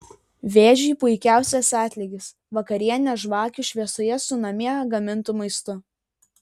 vėžiui puikiausias atlygis vakarienė žvakių šviesoje su namie gamintu maistu